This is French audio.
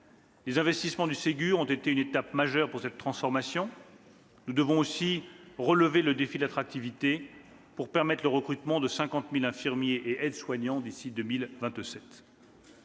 Les investissements du Ségur de la santé ont été une étape majeure pour cette transformation. « Nous devons aussi relever le défi de l'attractivité, pour permettre le recrutement de 50 000 infirmiers et aides-soignants d'ici à 2027.